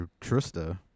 Trista